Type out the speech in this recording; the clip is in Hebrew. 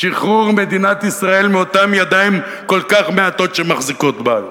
שחרור מדינת ישראל מאותן ידיים כל כך מעטות שמחזיקות בה היום,